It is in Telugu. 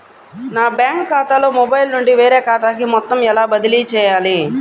నా బ్యాంక్ ఖాతాలో మొబైల్ నుండి వేరే ఖాతాకి మొత్తం ఎలా బదిలీ చేయాలి?